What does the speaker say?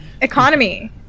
Economy